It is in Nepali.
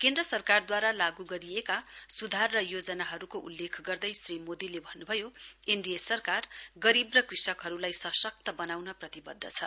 केन्द्र सरकारद्वारा लागू गरिएका सुधार र योजनाहरूको उल्लेख गर्दै श्री मोदीले भन्नुभयो एनडीए सरकार गरीब र कृषकहरूलाई सशक्त बनाउन प्रतिबद्ध छ